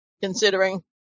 considering